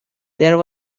there